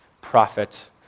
prophet